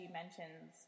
mentions